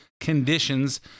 conditions